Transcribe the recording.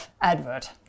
advert